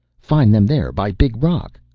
find them there by big rock,